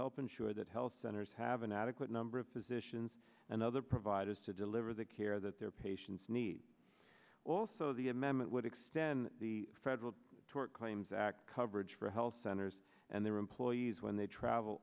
help ensure that health centers have an adequate number of physicians and other providers to deliver the care that their patients need also the amendment would extend the federal tort claims act coverage for health centers and their employees when they travel